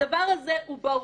הדבר הזה הוא ברור.